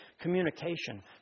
communication